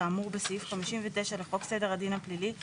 כאמור בסעיף 59 לחוק סדר הדין הפלילי ,